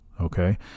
okay